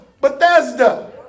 Bethesda